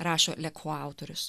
rašo autorius